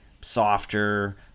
softer